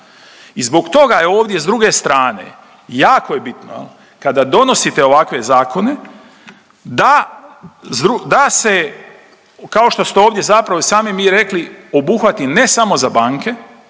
I zbog toga je ovdje s druge strane, jako je bitno kada donosite ovakve zakone da, da se kao što ste ovdje zapravo i sami mi rekli obuhvati ne samo za banke,